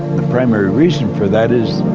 the primary reason for that is,